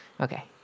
Okay